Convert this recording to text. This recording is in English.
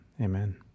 Amen